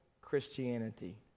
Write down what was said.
Christianity